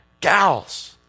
gals